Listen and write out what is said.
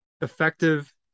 effective